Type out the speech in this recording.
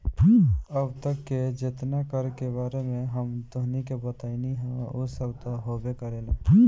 अब तक ले जेतना कर के बारे में हम तोहनी के बतइनी हइ उ सब त होबे करेला